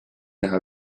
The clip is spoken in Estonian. näha